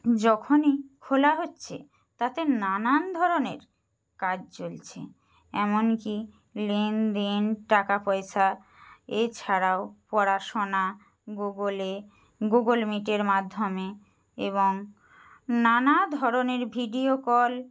যখনই খোলা হচ্ছে তাতে নানান ধরনের কাজ চলছে এমনকি লেনদেন টাকা পয়সা এছাড়াও পড়াশোনা গুগলে গুগল মিটের মাধ্যমে এবং নানা ধরনের ভিডিও কল